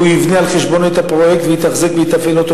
והוא יבנה על חשבונו את הפרויקט ויתחזק ויתפעל אותו,